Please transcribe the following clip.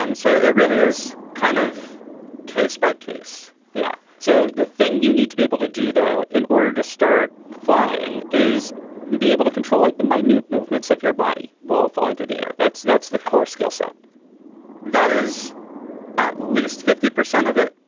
um so it really is kind of case by case yeah. so the thing you need to be able to do, though, in order to start flying is be able to control like my new movements of your body wall fall into the air. that's that's the core skill set that is at least fifty percent of it.